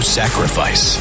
sacrifice